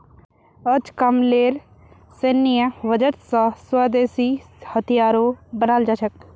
अजकामलेर सैन्य बजट स स्वदेशी हथियारो बनाल जा छेक